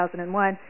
2001